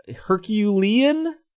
Herculean